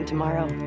Tomorrow